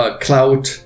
cloud